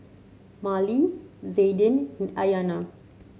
Marlee Zaiden Aiyana